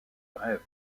rêve